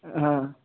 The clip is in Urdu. ہاں